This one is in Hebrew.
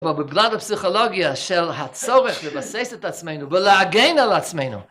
אבל בגלל הפסיכולוגיה של הצורך לבסס את עצמנו ולהגן על עצמנו.